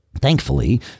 Thankfully